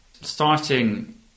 Starting